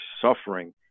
suffering